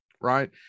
right